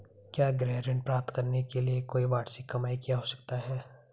क्या गृह ऋण प्राप्त करने के लिए कोई वार्षिक कमाई की आवश्यकता है?